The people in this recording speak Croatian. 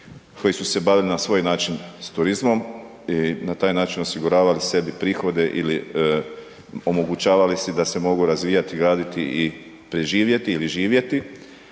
koji su se bavili na svoj način s turizmom i na taj način osiguravali sebi prihode ili omogućavali si da se mogu razvijati, graditi i preživjeti ili živjeti.